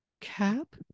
cap